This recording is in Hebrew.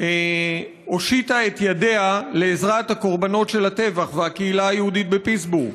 הושיטה את ידיה לעזרת הקורבנות של הטבח והקהילה היהודית בפיטסבורג.